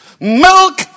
Milk